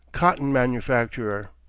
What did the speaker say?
cotton-manufacturer.